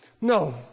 no